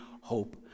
hope